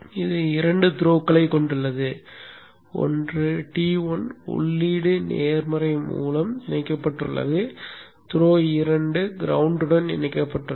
இது இரண்டு த்ரோ களைக் கொண்டுள்ளது ஒரு T1 உள்ளீடு நேர்மறை மூலம் இணைக்கப்பட்டுள்ளது த்ரோ இரண்டு கிரௌண்ட்வுடன் இணைக்கப்பட்டுள்ளது